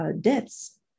deaths